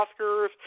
Oscars